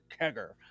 kegger